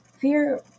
fear